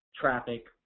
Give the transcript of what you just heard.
traffic